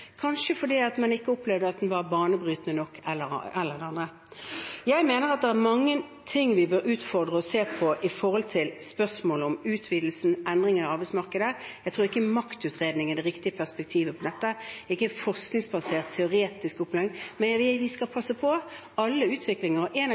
kanskje fordi man ikke opplevde at den var banebrytende nok, eller annet. Jeg mener det er mye vi bør utfordre og se på i forhold til spørsmålet om utvidelse og endringer i arbeidsmarkedet. Jeg tror ikke en maktutredning er det riktige perspektivet på dette, ikke et forskningsbasert, teoretisk opplegg. Men vi skal